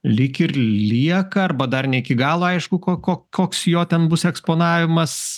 lyg ir lieka arba dar ne iki galo aišku ko ko koks jo ten bus eksponavimas